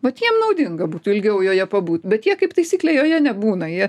vat jiem naudinga būtų ilgiau joje pabūt bet jie kaip taisyklė joje nebūna jie